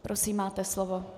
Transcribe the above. Prosím, máte slovo.